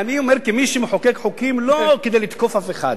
אני אומר כמי שמחוקק חוקים לא כדי לתקוף אף אחד,